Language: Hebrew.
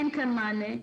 אין כאן מענה.